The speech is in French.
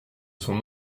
son